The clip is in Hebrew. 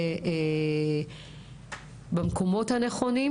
במקומות הנכונים,